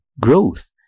growth